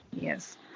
yes